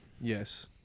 Yes